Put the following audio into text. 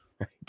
Right